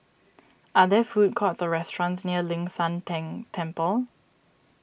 are there food courts or restaurants near Ling San Teng Temple